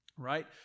right